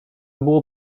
było